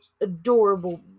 adorable